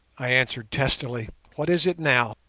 i answered testily, what is it now